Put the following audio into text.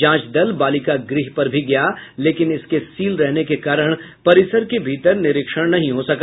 जांच दल बालिका गृह पर भी गया लेकिन इसके सील रहने के कारण परिसर के भीतर निरीक्षण नहीं हो सका